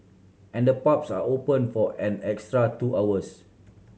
and the pubs are open for an extra two hours